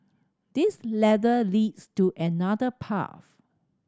this ladder leads to another path